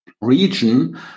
region